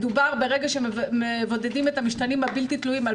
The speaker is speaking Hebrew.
ברגע שמבודדים את המשתנים הבלתי תלויים מדובר